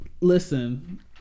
Listen